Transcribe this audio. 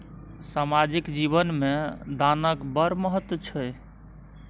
सामाजिक जीवन मे दानक बड़ महत्व छै